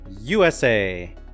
USA